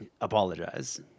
Apologize